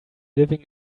living